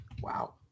Wow